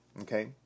okay